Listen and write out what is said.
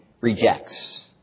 rejects